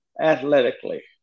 athletically